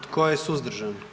Tko je suzdržan?